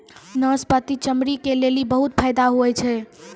नाशपती चमड़ी के लेली बहुते फैदा हुवै छै